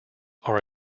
are